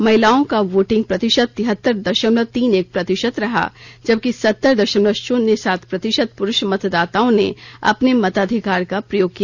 महिलाओं का वोटिंग प्रतिशत तिहत्तर दशमलव तीन एक प्रतिशत रहा जबकि सत्तर दशमलव शून्य सात प्रतिशत पुरूष मतदाताओं ने अपने मताधिकार का प्रयोग किया